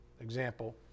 example